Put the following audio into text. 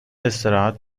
استراحت